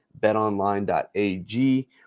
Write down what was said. betonline.ag